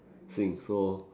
~sing so